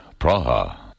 Praha